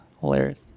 hilarious